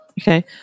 Okay